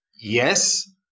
yes